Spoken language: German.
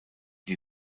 die